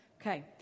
Okay